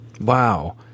Wow